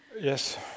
Yes